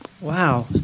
Wow